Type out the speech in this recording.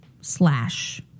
Slash